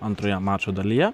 antroje mačo dalyje